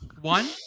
one